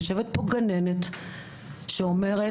יושבת פה גננת שאומרת